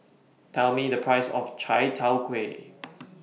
Tell Me The Price of Chai Tow Kuay